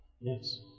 Yes